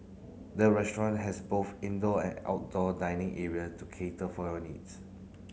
the restaurant has both indoor and outdoor dining area to cater for your needs